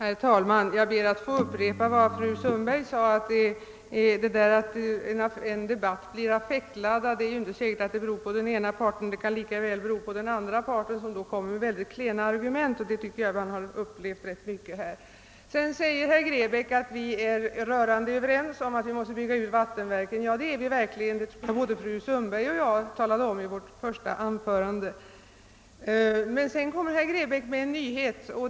Herr talman! Jag ber att få upprepa vad fru Sundberg sade. Om en debatt blir affektladdad är det inte säkert att det beror på den ena parten; det kan lika väl bero på att den andra parten kommer med mycket klena argument. Det tycker jag att vi har upplevt rätt mycket av här. Herr Grebäck påpekar att vi är rörande överens om att vi måste bygga ut reningsverken. Ja, det är vi verkligen, och jag tror att både fru Sundberg och jag talade om det i våra första anföranden. Men sedan kommer herr Grebäck med en nyhet.